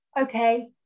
Okay